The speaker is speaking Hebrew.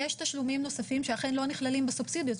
יש תשלומים נוספים שאכן לא נכללים בסובסידיות,